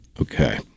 Okay